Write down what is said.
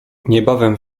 niebawem